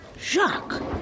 Jacques